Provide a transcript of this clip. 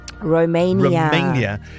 Romania